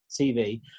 TV